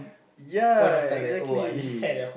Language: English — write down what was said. ya exactly